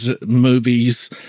movies